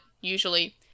usually